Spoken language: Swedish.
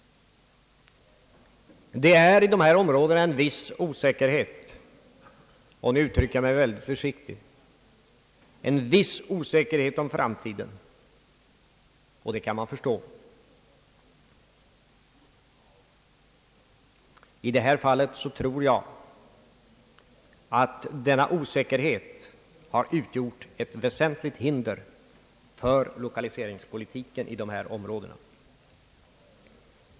Det råder i dessa områden en viss osäkerhet — nu uttrycker jag mig mycket försiktigt — om framtiden. Det kan man förstå. Jag tror att osäkerheten i detta fall har utgjort ett väsentligt hinder för 10 kaliseringspolitiken i dessa områden.